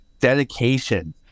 dedication